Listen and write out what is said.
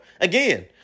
Again